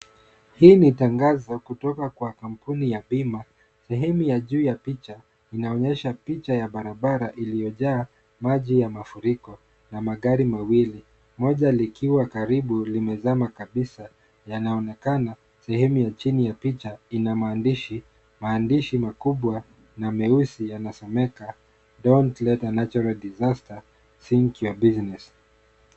Hii ni tangazo kutoka kwa kampuni ya bima. Sehemu ya juu ya picha, inaonyesha picha ya barabara iliyojaa maji ya mafuriko na magari mawili. Moja likiwa karibu limezama kabisa yanaonekana. Sehemu ya chini ya picha ina maandishi maandishi makubwa na meusi yanasomeka, Don't let a natural disaster sink your business .